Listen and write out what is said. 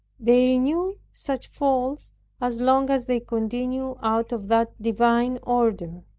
they renew such falls as long as they continue out of that divine order.